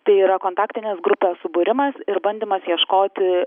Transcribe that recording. tai yra kontaktinės grupės subūrimas ir bandymas ieškoti